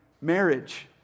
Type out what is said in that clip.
marriage